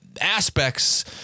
Aspects